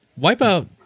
Wipeout